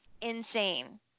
insane